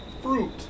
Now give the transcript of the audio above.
fruit